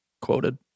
Quoted